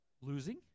Losing